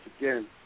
again